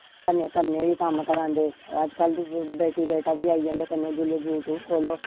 कन्ने कन्ने होइये कम्म करांदे अजकल बेटी बेटा आई जंदे कन्ने जिसले यूट्यूब खोलो